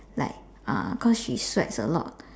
like uh cause she sweats a lot